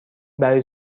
برای